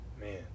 man